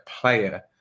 player